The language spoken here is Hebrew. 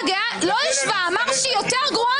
מה